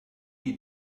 die